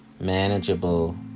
manageable